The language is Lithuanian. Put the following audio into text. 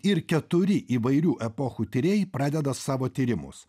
ir keturi įvairių epochų tyrėjai pradeda savo tyrimus